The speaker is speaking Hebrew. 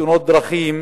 בתאונות דרכים